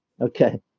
Okay